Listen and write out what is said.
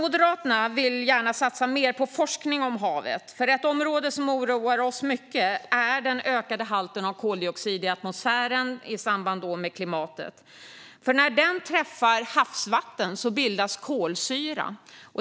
Moderaterna vill satsa mer på forskning om havet, för något som oroar oss mycket är den ökade halten av koldioxid i atmosfären. När koldioxiden träffar havsvatten bildas kolsyra.